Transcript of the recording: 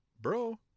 bro